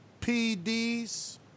PDs